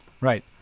Right